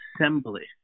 assembly